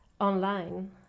online